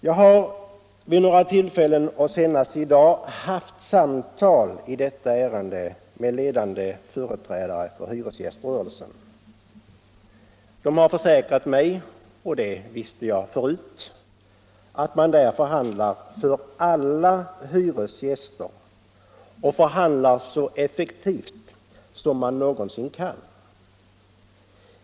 Jag har vid några tillfällen och senast i dag haft samtal i detta ärende med ledande företrädare för hyresgäströrelsen. De har försäkrat mig — och det visste jag förut — att man förhandlar för alla hyresgäster och förhandlar så effektivt man någonsin kan.